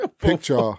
picture